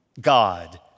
God